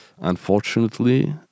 Unfortunately